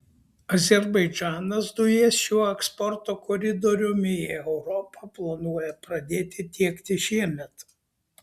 azerbaidžanas dujas šiuo eksporto koridoriumi į europą planuoja pradėti tiekti šiemet